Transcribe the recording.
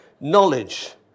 knowledge